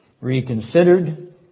reconsidered